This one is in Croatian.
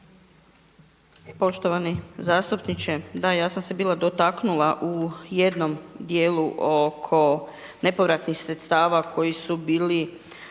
Poštovani zastupniče. Da, ja sam se bila dotaknula u jednom dijelu oko nepovratnih sredstava koji su bili